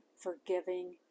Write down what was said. forgiving